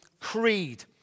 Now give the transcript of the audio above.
CREED